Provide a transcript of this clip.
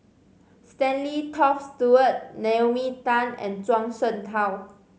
Stanley Toft Stewart Naomi Tan and Zhuang Shengtao